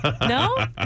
No